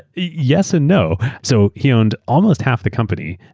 yes and no. so he owned almost half the company.